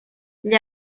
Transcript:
gli